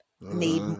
need